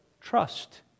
trust